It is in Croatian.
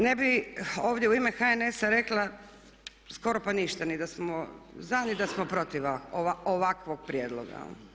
Ne bih ovdje u ime HNS-a rekla skoro pa ništa, ni da smo za ni da smo protiv ovakvog prijedloga.